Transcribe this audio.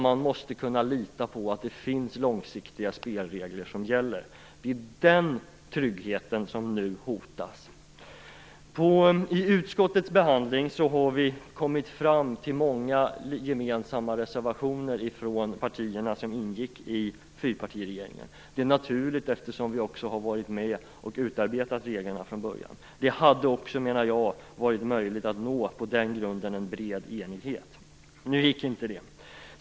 Man måste kunna lita på att det finns långsiktiga spelregler som gäller. Det är den tryggheten som nu hotas. I utskottets behandling har vi kommit fram till många gemensamma reservationer från de partier som ingick i fyrpartiregeringen. Det är naturligt, eftersom vi också har varit med och utarbetat reglerna från början. Jag menar också att det hade varit möjligt att på den grunden nå en bred enighet. Nu gick inte det.